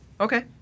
Okay